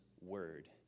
word